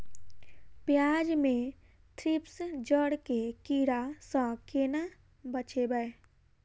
प्याज मे थ्रिप्स जड़ केँ कीड़ा सँ केना बचेबै?